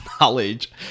knowledge